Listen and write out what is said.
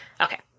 Okay